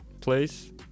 place